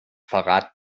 verrat